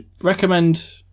recommend